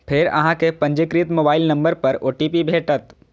फेर अहां कें पंजीकृत मोबाइल नंबर पर ओ.टी.पी भेटत